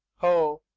oh!